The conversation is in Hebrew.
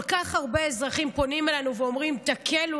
כל כך הרבה אזרחים פונים אלינו ואומרים: תקלו